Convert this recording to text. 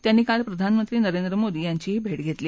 त्यांनी काल प्रधानमंत्री नरेंद्र मोदी यांचीही भेट घेतली